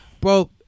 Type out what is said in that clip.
bro